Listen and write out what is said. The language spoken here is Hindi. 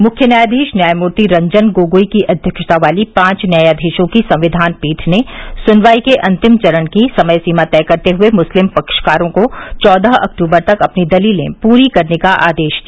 मुख्य न्यायाधीश न्यायमूर्ति रंजन गोगोई की अध्यक्षता वाली पांच न्यायाधीशों की संविधान पीठ ने सुनवाई के अंतिम चरण की समय सीमा तय करते हुए मुस्लिम पक्षकारो को चौदह अक्टूबर तक अपनी दलीलें पूरी करने का आदेश दिया